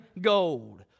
gold